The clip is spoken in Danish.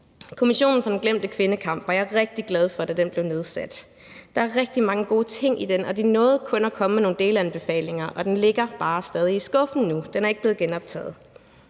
Kommissionen for den glemte kvindekamp var jeg rigtig glad for, da den blev nedsat. Der er rigtig mange gode ting i den, og de nåede kun at komme med nogle delanbefalinger. Deres arbejde ligger bare stadig væk i skuffen, og det er ikke blevet genoptaget.